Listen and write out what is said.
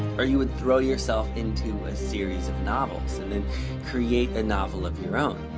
or you would throw yourself into a series of novels and then create a novel of your own.